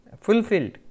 fulfilled